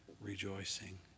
rejoicing